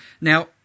Now